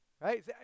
right